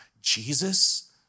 Jesus